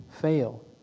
fail